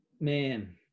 man